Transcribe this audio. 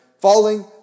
Falling